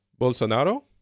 bolsonaro